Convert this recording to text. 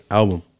album